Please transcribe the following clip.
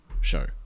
show